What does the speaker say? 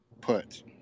put